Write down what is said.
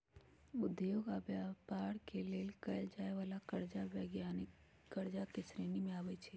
उद्योग आऽ व्यापार के लेल कएल जाय वला करजा वाणिज्यिक करजा के श्रेणी में आबइ छै